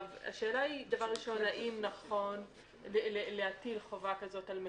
השאלה היא דבר ראשון האם נכון להטיל חובה כזאת על מתדלק.